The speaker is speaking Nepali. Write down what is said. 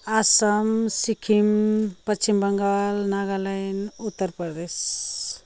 आसाम सिक्किम पश्चिम बङ्गाल नागाल्यान्ड उत्तर प्रदेश